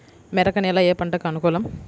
మెరక నేల ఏ పంటకు అనుకూలం?